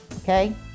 Okay